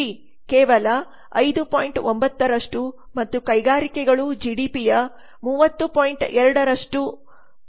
9 ಮತ್ತು ಕೈಗಾರಿಕೆಗಳು ಜಿಡಿಪಿಯ 30